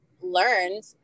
learned